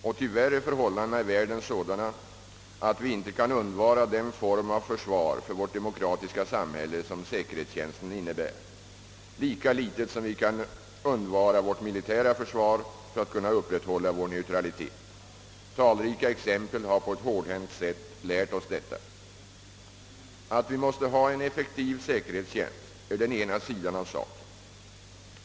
Och tyvärr är förhållandena i världen sådana att vi inte kan undvara den form av försvar för vårt demokratiska samhälle, som säkerhetstjänsten innebär, lika litet som vi kan undvara vårt militära försvar för att kunna upprätthålla vår neutralitet. Talrika exempel har på ett hårdhänt sätt lärt oss detta. Att vi måste ha en effektiv säkerhetstjänst är den ena sidan av frågan.